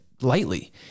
lightly